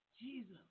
Jesus